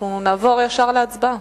אנחנו נעבור ישר להצבעה.